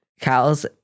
cows